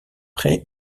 pré